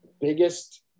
biggest